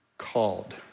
called